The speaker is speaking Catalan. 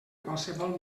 qualsevol